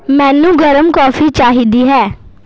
ਮੈਨੂੰ ਗਰਮ ਕੌਫੀ ਚਾਹੀਦੀ ਹੈ